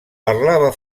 parlava